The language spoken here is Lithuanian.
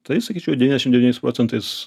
tai sakyčiau devyniasdešimt devyniais procentais